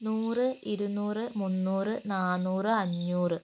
നൂറ് ഇരുന്നൂറ് മുന്നൂറ് നാന്നൂറ് അഞ്ഞൂറ്